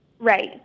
Right